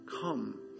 come